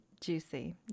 Juicy